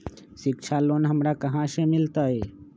शिक्षा लोन हमरा कहाँ से मिलतै?